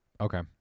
Okay